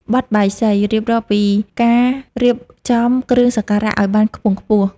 បទបាយសី រៀបរាប់ពីការរៀបចំគ្រឿងសក្ការៈឱ្យបានខ្ពង់ខ្ពស់។